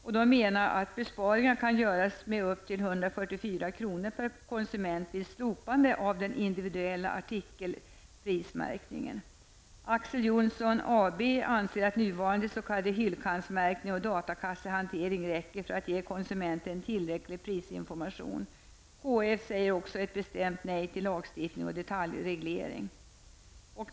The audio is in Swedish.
Man menar att besparingar kan göras med upp till 144 hyllkantsmärkning och datakassehantering räcker för att ge konsumenten tillräcklig prisinformation. Också KF säger bestämt nej till lagstiftning och detaljreglering.